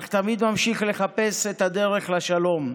אך תמיד ממשיך לחפש את הדרך לשלום.